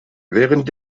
während